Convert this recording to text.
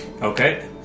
Okay